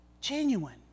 Genuine